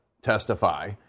testify